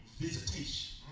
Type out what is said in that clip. Visitation